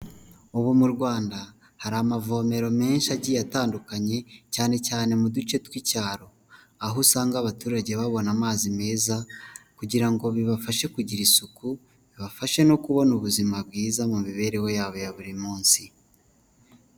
Ubu mu Rwanda hari amavomero menshi agiye atandukanye cyane cyane mu duce tw'icyaro, aho usanga abaturage babona babona amazi meza kugira ngo bibafashe kugira isuku, bibafashe no kubona ubuzima bwiza mu mibereho yabo ya buri munsi.